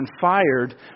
fired